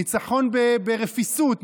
ניצחון ברפיסות,